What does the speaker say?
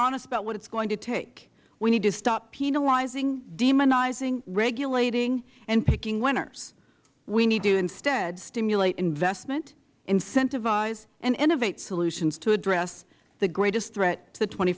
honest about what it is going to take we need to stop penalizing demonizing regulating and picking winners we need to instead stimulate investment incentivize and innovate solutions to address the greatest threat to the st cent